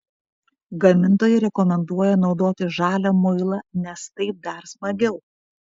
gamintojai rekomenduoja naudoti žalią muilą nes taip dar smagiau